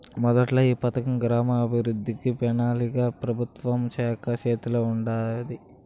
మొదట్ల ఈ పథకం గ్రామీణాభవృద్ధి, పెనాలికా మంత్రిత్వ శాఖల సేతిల ఉండాది